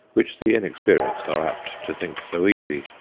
which the inexperienced are apt to think so easy.